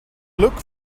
look